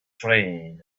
train